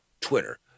Twitter